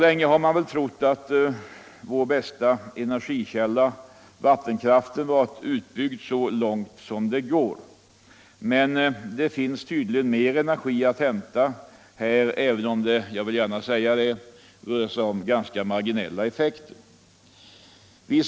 Länge har man väl trott att vår bästa energikälla, vattenkraften, varit utbyggd så långt som det går. Men det finns tydligen mer energi att hämta här, även om det — jag vill gärna säga det — rör sig om ganska marginella effekter.